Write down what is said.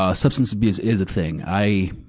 ah substance abuse is a thing. i,